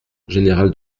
général